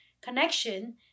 connection